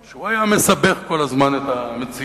והוא היה מסבך כל הזמן את המציאות.